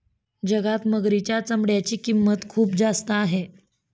जगात मगरीच्या चामड्याची किंमत खूप जास्त आहे